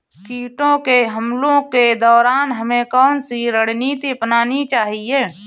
कीटों के हमलों के दौरान हमें कौन सी रणनीति अपनानी चाहिए?